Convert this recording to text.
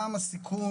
גם הסיכום